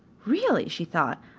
really, she thought,